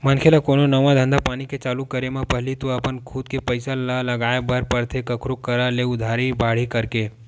मनखे ल कोनो नवा धंधापानी के चालू करे म पहिली तो अपन खुद के पइसा ल लगाय बर परथे कखरो करा ले उधारी बाड़ही करके